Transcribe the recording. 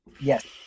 Yes